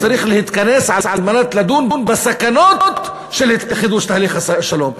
שצריך להתכנס על מנת לדון בסכנות של חידוש תהליך השלום.